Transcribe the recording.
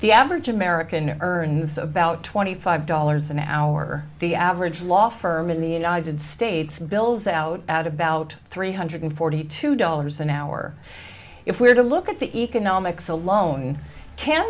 the average american earns about twenty five dollars an hour the average law firm in the united states bills out at about three hundred forty two dollars an hour if we're to look at the economics alone can